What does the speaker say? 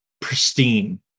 pristine